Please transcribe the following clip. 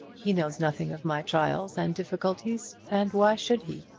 he knows nothing of my trials and difficulties and why should he?